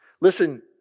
listen